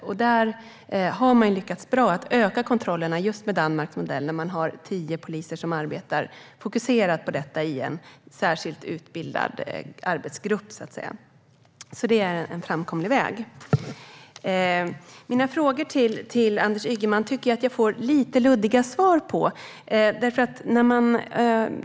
Man har lyckats bra med att öka kontrollerna med Danmarks modell, med tio poliser som arbetar fokuserat med detta i en särskilt utbildad arbetsgrupp. Detta är en framkomlig väg. Jag tycker att jag fick lite luddiga svar på mina frågor till Anders Ygeman.